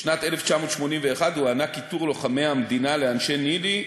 בשנת 1981 הוענק עיטור לוחמי המדינה לאנשי ניל"י,